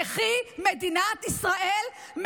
תחי מדינת ישראל,